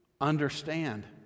understand